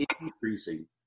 increasing